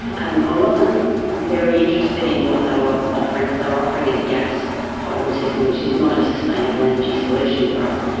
um i wasn't very interested in what they were offering because they ah were offering a gas hot water system which is not a sustainable energy solution for us.